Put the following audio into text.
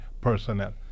personnel